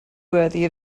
worthy